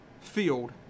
Field